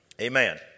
Amen